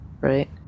right